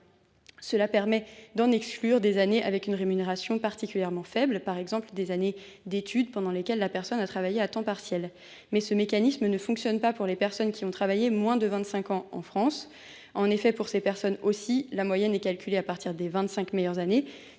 Cela permet d’exclure les années avec une rémunération particulièrement faible, par exemple des années d’études pendant lesquelles la personne a travaillé à temps partiel. Mais ce mécanisme ne fonctionne pas pour les personnes qui ont travaillé moins de vingt cinq ans en France ! En effet, pour ces personnes aussi, la moyenne est calculée à partir des vingt cinq meilleures années.